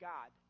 God